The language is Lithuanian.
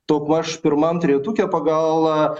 daugmaž pirmam trejetuke pagal